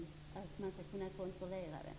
Man måste kunna kontrollera detta.